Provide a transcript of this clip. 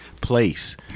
place